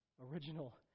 original